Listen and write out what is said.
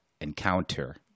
encounter